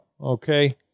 Okay